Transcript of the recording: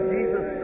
Jesus